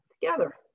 together